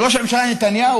ראש הממשלה נתניהו,